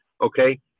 okay